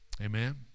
Amen